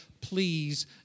please